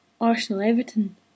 Arsenal-Everton